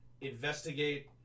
investigate